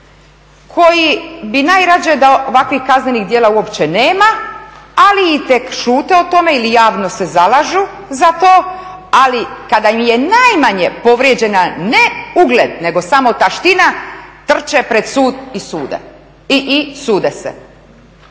koji bi najrađe da ovakvih kaznenih djela uopće nema, šute o tome ili javno se zalažu za to, ali kada im je najmanje povrijeđen ne ugled nego samo taština, trče pred sud i sude i